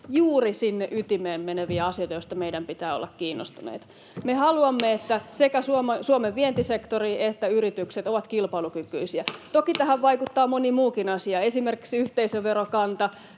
juuri sinne ytimeen meneviä asioita, joista meidän pitää olla kiinnostuneita. Me haluamme, että sekä Suomen vientisektori että yritykset ovat kilpailukykyisiä. Toki tähän vaikuttaa moni muukin asia, esimerkiksi yhteisöverokanta,